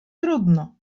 trudno